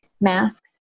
masks